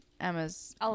emma's